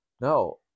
no